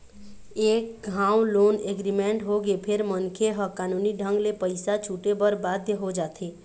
एक घांव loan agreement होगे फेर मनखे ह कानूनी ढंग ले पइसा छूटे बर बाध्य हो जाथे